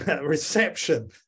reception